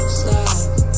slide